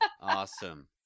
Awesome